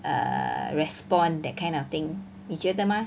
err respond that kind of thing 你觉得吗